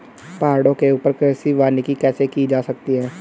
पहाड़ों के ऊपर कृषि वानिकी कैसे की जा सकती है